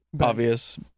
obvious